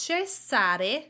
Cessare